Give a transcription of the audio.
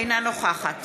אינה נוכחת